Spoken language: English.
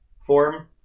form